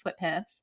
sweatpants